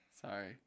Sorry